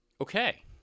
Okay